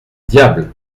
diable